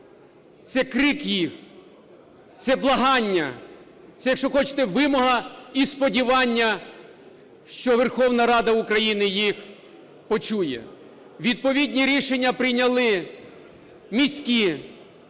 Це крик їх, це благання, це, якщо хочете, вимога і сподівання, що Верховна Рада України їх почує. Відповідні рішення прийняли міські,